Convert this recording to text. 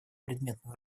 предметную